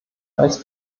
als